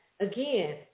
Again